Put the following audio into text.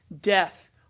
death